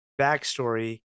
backstory